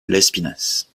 lespinasse